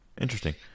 Interesting